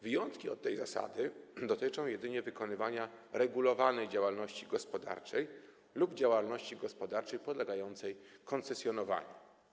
Wyjątki od tej zasady dotyczą jedynie wykonywania regulowanej działalności gospodarczej lub działalności gospodarczej podlegającej koncesjonowaniu.